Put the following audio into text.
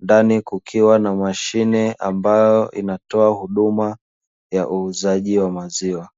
ndani kukiwa na mashine ambayo inatoa huduma ya uuzaji wa maziwa.